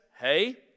Hey